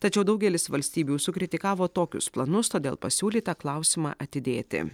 tačiau daugelis valstybių sukritikavo tokius planus todėl pasiūlyta klausimą atidėti